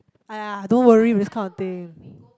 !aiya! don't worry with this kind of thing